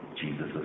Jesus